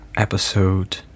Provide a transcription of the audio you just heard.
Episode